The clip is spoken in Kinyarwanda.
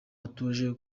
hatuje